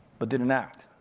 but didn't act.